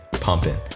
pumping